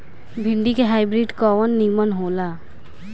भिन्डी के हाइब्रिड कवन नीमन हो ला?